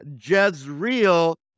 Jezreel